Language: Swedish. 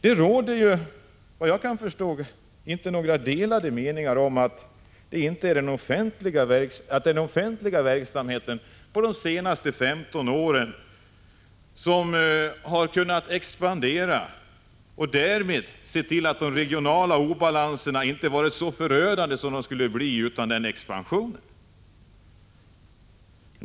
Det råder såvitt jag kan förstå inte några delade meningar om att man genom att den offentliga verksamheten under de senaste 15 åren har kunnat expandera också har kunnat se till att de regionala obalanserna inte blivit så förödande som de skulle ha varit utan denna expansion.